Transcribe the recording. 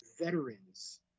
veterans